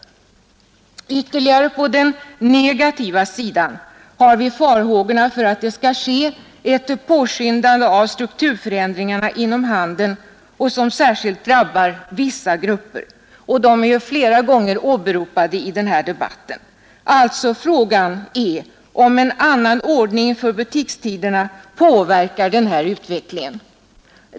På den negativa sidan har vi vidare farhågor för att strukturförändringarna, vilka särskilt drabbar vissa grupper, skall påskyndas. De har ju flera gånger åberopats i denna debatt. Frågan är alltså om en annan ordning för butikstiderna påverkar denna utveckling.